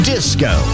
Disco